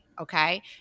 okay